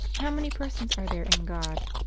how many persons are there in god?